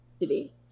today